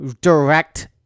Direct